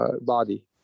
body